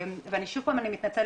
ושוב פעם אני מתנצל,